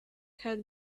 had